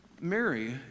Mary